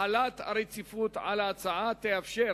החלת רציפות על ההצעה תאפשר